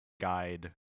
guide